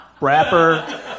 rapper